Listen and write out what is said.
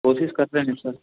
कोशिश करते हैं सर